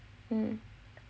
mm